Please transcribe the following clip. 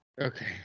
Okay